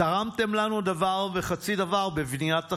"לא תרמתם לנו דבר וחצי דבר בבניית החברה.